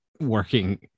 working